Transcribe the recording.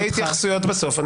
יהיו התייחסויות בסוף.